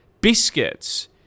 biscuits